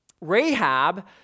Rahab